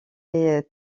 est